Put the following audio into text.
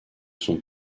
son